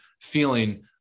feeling